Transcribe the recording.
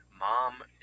mom